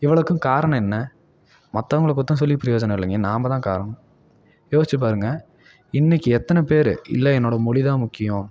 இவ்வளோக்கும் காரணம் என்ன மற்றவங்கள குத்தம் சொல்லி பிரயோஜனம் இல்லைங்க நாம்ம தான் காரணம் யோசித்து பாருங்கள் இன்றைக்கி எத்தனை பேர் இல்லை என்னோடய மொழி தான் முக்கியம்